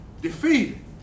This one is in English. defeated